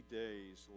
days